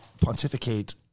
pontificate